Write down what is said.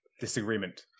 disagreement